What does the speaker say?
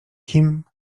kim